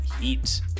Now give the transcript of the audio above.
Heat